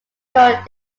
called